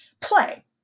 play